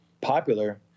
popular